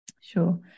sure